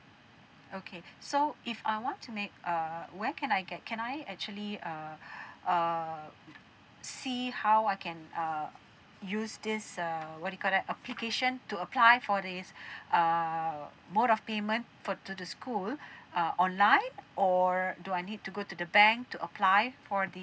okay so if I want to make uh where can I get can I actually uh err see how I can uh use this uh what you call that application to apply for this err mode of payment for to the school uh online or do I need to go to the bank to apply for the